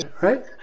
right